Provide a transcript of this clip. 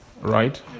right